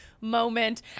moment